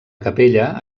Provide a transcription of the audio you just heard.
capella